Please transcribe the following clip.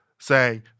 Say